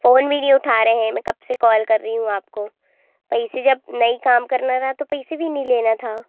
phone भी नी उठा रहे हैं मैं कब से काॅल कर रही हूँ आपको पैसे जब नहीं काम करना रहा तो पैसे वी नहीं लेना था